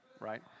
right